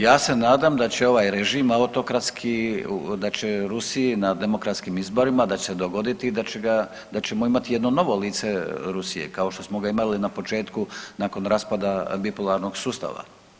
Ja se nadam da će ovaj režim autokratski, da će Rusiji na demokratskim izborima da će se dogoditi da ćemo imati jedno novo lice Rusije kao što smo ga imali na početku nakon raspada bipolarnog sustava.